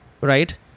right